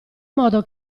modo